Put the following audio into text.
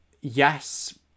yes